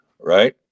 Right